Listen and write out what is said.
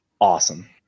awesome